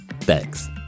Thanks